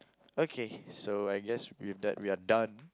okay so I guess with that we are done